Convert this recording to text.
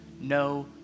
no